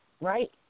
right